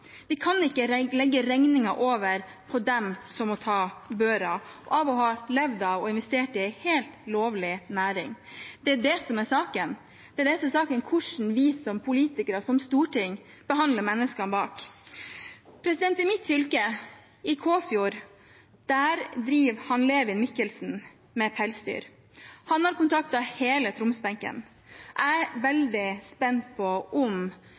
Vi kan ikke legge regningen over på dem som må ta børa med å ha levd av og investert i en helt lovlig næring. Det er det som er saken – hvordan vi som politikere, som storting, behandler menneskene bak. I mitt fylke, i Kåfjord, driver Levin Mikkelsen med pelsdyr. Han har kontaktet hele Troms-benken. Jeg er veldig spent på om